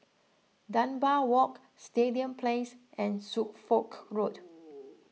Dunbar Walk Stadium Place and Suffolk Road